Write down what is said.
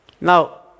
Now